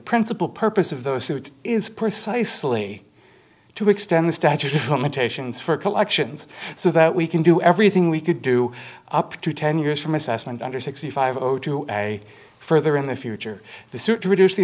principal purpose of those suits is precisely to extend the statute of limitations for collections so that we can do everything we could do up to ten years from assessment under sixty five o two a further in the future the reduce the